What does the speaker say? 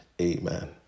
Amen